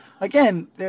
again